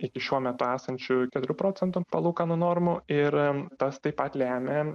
iki šiuo metu esančių keturių procentų palūkanų normų ir tas taip pat lemia